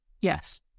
Yes